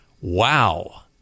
Wow